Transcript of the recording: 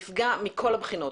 מפגע מכל הבחינות,